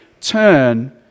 turn